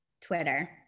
Twitter